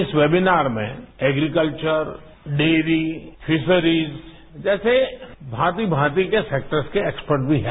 इस वेबिनार में agriculture dairy fisheries जैसे भांति भांति के सेक्टर्स के एक्सपर्ट भी हैं